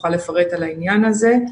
תוכל לפרט על העניין הזה.